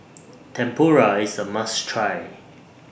Tempura IS A must Try